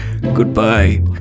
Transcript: Goodbye